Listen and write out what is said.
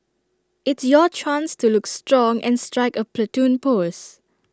it's your chance to look strong and strike A Platoon pose